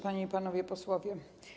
Panie i Panowie Posłowie!